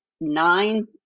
nine